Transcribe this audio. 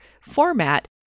format